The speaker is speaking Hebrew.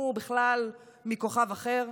הוא בכלל מכוכב אחר.